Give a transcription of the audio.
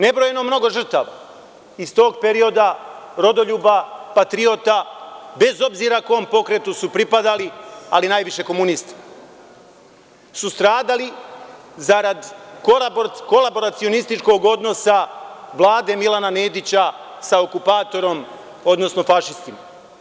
Nebrojeno mnogo žrtava iz tog perioda, rodoljuba, patriota, bez obzira kom pokretu su pripadali, ali najviše komunista, su stradali zarad kolaboracionističkog odnosa vlade Milana Nedića sa okupatorom, odnosno fašistima.